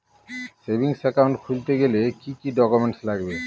Savings account খুলতে গেলে কি কি ডকুমেন্টস লাগবে?